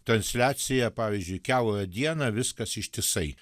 transliacija pavyzdžiui kiaurą dieną viskas ištisai